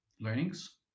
Learnings